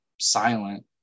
silent